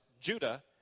Judah